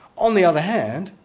on the other hand,